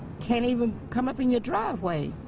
can't even come up in your driveway.